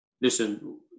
listen